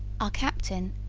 our captain,